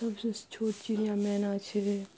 सबसे छोट चिड़िआ मैना छै